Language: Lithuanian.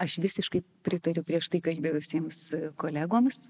aš visiškai pritariu prieš tai kalbėjusiems kolegoms